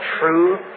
true